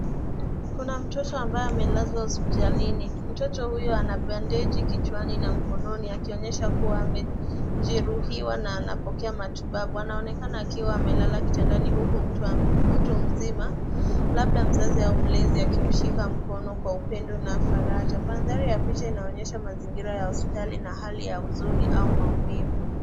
Kuna mtoto ambaye amelazwa hospitalini mtoto huyo anabandeji kichwani na mkononi akionyesha kuwa amejeruhiwa na anapokea matibabu anaonekana akiwa amelala kitandani huku mtu mzima labda mzazi au mlezi akimshika mkono kwa upendo na faraja mandhari ya picha yanonyesha mazingira ya hospitali na hali ya huzuni au maumivu.